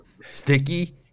Sticky